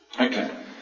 Okay